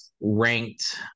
ranked